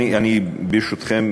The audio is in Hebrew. ברשותכם,